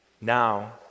Now